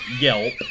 Yelp